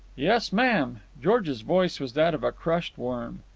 yes, ma'am. george's voice was that of a crushed worm.